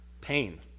pain